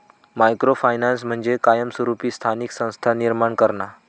micro finance म्हणजे कायमस्वरूपी स्थानिक संस्था निर्माण करणा